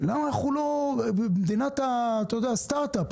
אנחנו מדינת הסטארט אפ,